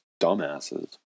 dumbasses